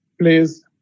please